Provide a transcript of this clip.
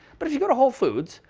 but if you go to whole foods,